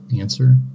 answer